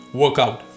workout